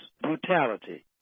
brutality